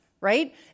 Right